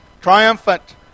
triumphant